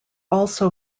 also